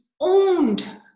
owned